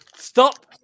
Stop